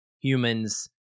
humans